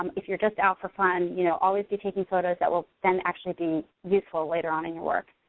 um if you're just out for fun, you know always be taking photos that will then actually be useful later on in your work.